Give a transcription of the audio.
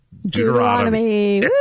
Deuteronomy